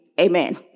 Amen